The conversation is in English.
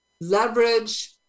leverage